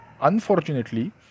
unfortunately